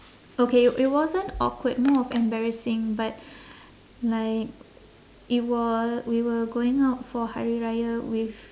okay it wasn't awkward more of embarrassing but like it wa~ we were going out for hari raya with